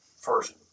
first